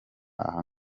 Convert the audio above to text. ahangaha